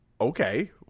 okay